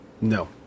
No